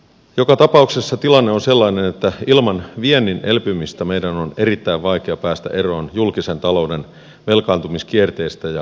joka tapauksessa tilanne on sellainen että ilman viennin elpymistä meidän on erittäin vaikea päästä eroon julkisen talouden velkaantumiskierteestä ja kestävyysvajeesta